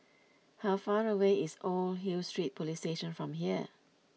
how far away is Old Hill Street Police Station from here